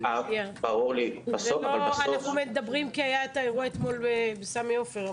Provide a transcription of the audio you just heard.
אנחנו מדברים כי היה את האירוע אתמול בסמי עופר,